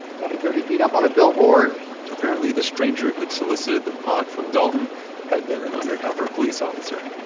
twenty thirty feet up on a billboard apparently the stranger who'd solicited the pot from dalton had been an undercover police officer.